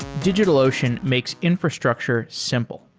digitalocean makes infrastructure simple.